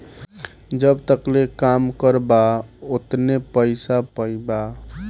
जब तकले काम करबा ओतने पइसा पइबा